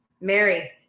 mary